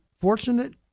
fortunate